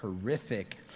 horrific